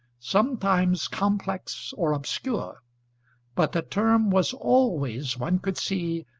sometimes complex or obscure but the term was always, one could see,